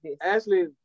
Ashley